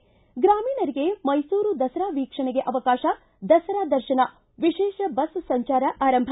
ಿ ಗ್ರಾಮೀಣರಿಗೆ ಮೈಸೂರು ದಸರಾ ವೀಕ್ಷಣೆಗೆ ಅವಕಾಶ ದಸರಾ ದರ್ಶನ ವಿಶೇಷ ಬಸ್ ಸಂಚಾರ ಆರಂಭ